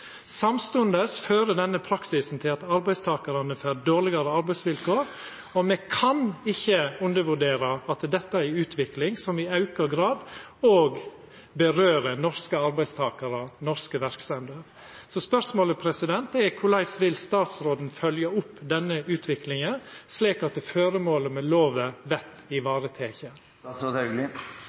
Samstundes fører denne praksisen til at arbeidstakarane får dårlegare arbeidsvilkår, og me kan ikkje undervurdera at dette er ei utvikling som i auka grad òg vedkjem norske arbeidstakarar og norske verksemder. Så spørsmålet er: Korleis vil statsråden følgja opp denne utviklinga, slik at føremålet med lova vert